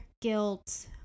guilt